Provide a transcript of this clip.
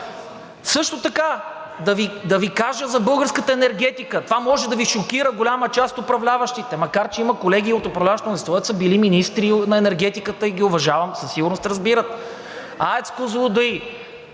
Също така да Ви кажа за българската енергетика. Това може да Ви шокира, голяма част от управляващите, макар че има колеги от управляващото мнозинство, които са били министри на енергетиката и ги уважавам, със сигурност разбират – АЕЦ „Козлодуй“